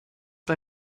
bei